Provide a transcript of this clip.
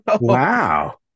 Wow